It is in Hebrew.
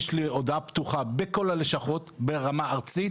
יש לי הודעה פתוחה בכל הלשכות, ברמה ארצית,